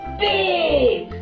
big